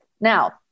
Now